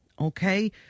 okay